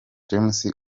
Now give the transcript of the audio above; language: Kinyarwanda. james